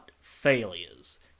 failures